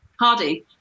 Hardy